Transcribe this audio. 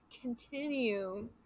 continue